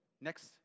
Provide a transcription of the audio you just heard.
Next